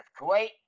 Kuwait